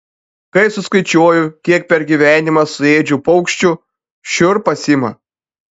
kai suskaičiuoju kiek per gyvenimą suėdžiau paukščių šiurpas ima